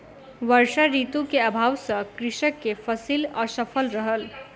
वर्षा ऋतू के अभाव सॅ कृषक के फसिल असफल रहल